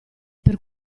per